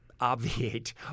obviate